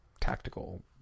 tactical